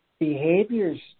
Behaviors